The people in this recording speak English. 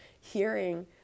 hearing